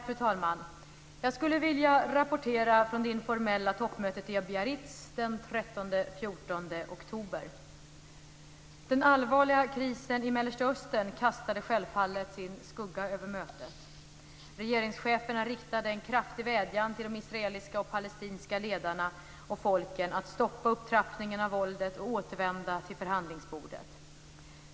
Fru talman! Jag skulle vilja rapportera från det informella toppmötet i Biarritz den 13-14 oktober. Den allvarliga krisen i Mellersta Östern kastade självfallet sin skugga över mötet. Regeringscheferna riktade en kraftig vädjan till de israeliska och palestinska ledarna och folken att stoppa upptrappningen av våldet och återvända till förhandlingsbordet.